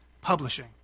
publishing